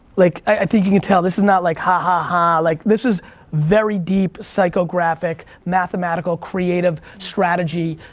like i think you can tell, this is not like ha ha ha, like this is very deep, psychographic mathematical creative strategy.